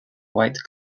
white